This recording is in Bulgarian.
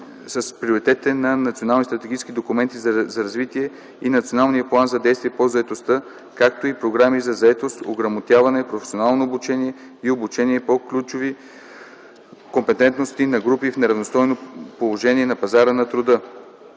с приоритетите на национални стратегически документи за развитие и Националния план за действие по заетостта, както и програми за заетост, ограмотяване, професионално обучение и обучение по ключови компетентности на групи в неравностойно положение на пазара на труда.”